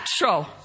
natural